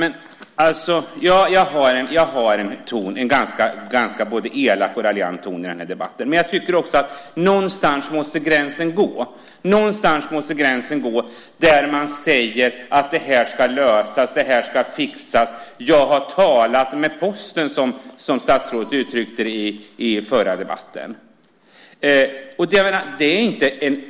Herr talman! Ja, jag har en ganska både elak och raljant ton i den här debatten. Men jag tycker att någonstans måste gränsen gå när man säger: Det här ska lösas. Det här ska fixas. Jag har talat med Posten, som statsrådet uttryckte det i den tidigare debatten.